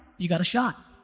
you got a shot.